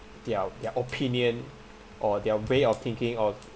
their their opinion or their way of thinking or